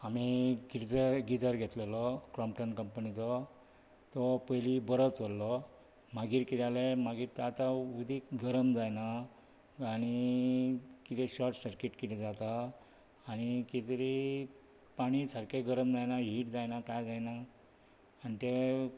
आमी क्रिजर गिजर घेतिल्लो क्रॉम्पटन कंम्पनीचो तो पयली बरो चल्लो मागीर कितें जालें मागीर आता उदीक गरम जायना आनी कितें शॉर्ट सरकीट कितें जाता आनी कितें तरी पाणी सारकें गरम जायना हिट जायना कांय जायना आनी तें